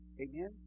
Amen